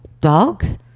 Dogs